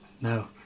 No